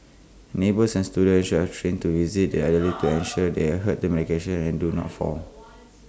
neighbours and students could be trained to visit the elderly to ensure they adhere to medication and do not fall